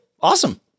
Awesome